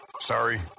Sorry